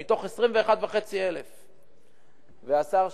מתוך 21,500. השר,